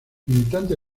militante